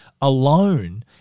alone